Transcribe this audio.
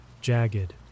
jagged